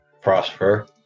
Prosper